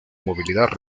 movilidad